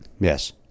Yes